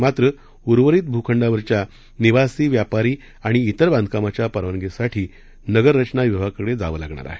मात्र उर्वरीत भुखंडावरील निवासी व्यापारी आणि तिर बांधकामाच्या परवानगीसाठी नगररचना विभागाकडे जावे लागणार आहे